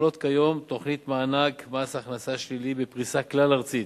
מופעלת כיום תוכנית מענק מס הכנסה שלילי בפריסה כלל-ארצית.